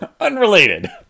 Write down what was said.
Unrelated